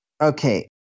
Okay